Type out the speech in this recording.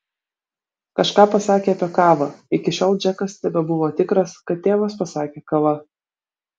kažką pasakė apie kavą iki šiol džekas tebebuvo tikras kad tėvas pasakė kava